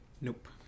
Nope